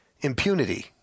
impunity